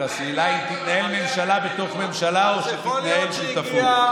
אלא השאלה אם תתנהל ממשלה בתוך ממשלה או שתתנהל שותפות.